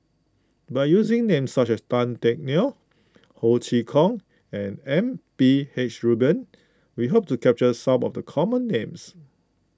by using names such as Tan Teck Neo Ho Chee Kong and M P H Rubin we hope to capture some of the common names